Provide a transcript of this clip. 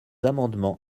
amendements